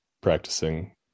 practicing